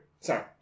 sorry